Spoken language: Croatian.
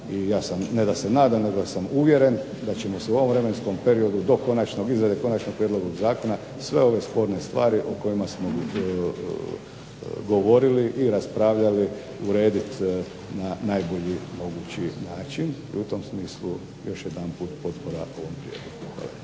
ja sam, ne da se nadam nego sam uvjeren da ćemo se u ovom vremenskom periodu do izrade konačnog prijedloga zakona sve ove sporne stvari o kojima smo govorili i raspravljali urediti na najbolji mogući način. I u tom smislu još jedanput potpora ovom prijedlogu.